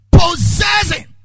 Possessing